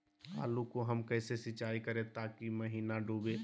आलू को हम कैसे सिंचाई करे ताकी महिना डूबे?